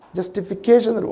Justification